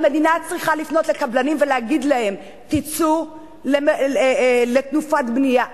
המדינה צריכה לפנות לקבלנים ולהגיד להם: תצאו לתנופת בנייה,